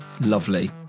Lovely